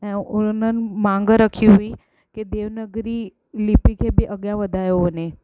ऐं उन्हनि मांग रखी हुई की देवनगरी लिपी खे बि अॻियां वधायो वञे